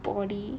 body